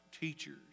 teachers